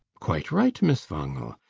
quite right, miss wangel.